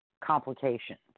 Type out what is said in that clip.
complications